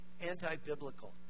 anti-biblical